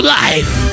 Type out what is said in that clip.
life